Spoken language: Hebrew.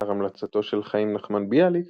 לאחר המלצתו של חיים נחמן ביאליק,